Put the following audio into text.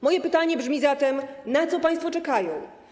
Moje pytanie brzmi zatem: Na co państwo czekają?